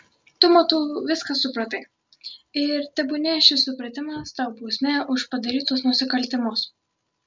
tu matau viską supratai ir tebūnie šis supratimas tau bausmė už padarytus nusikaltimus